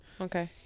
Okay